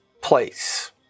place